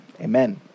Amen